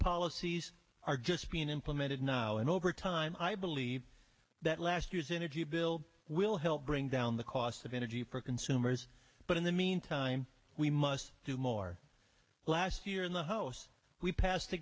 policies are just being implemented now and over time i believe that last year's energy bill will help bring down the cost of energy per consumers but in the meantime we must do more last year in the house we passed